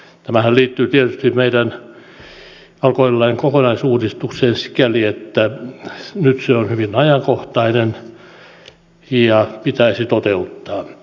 tämähän liittyy tietysti meidän alkoholilain kokonaisuudistukseen sikäli että nyt se on hyvin ajankohtainen ja pitäisi toteuttaa